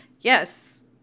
yes